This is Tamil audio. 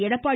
எடப்பாடி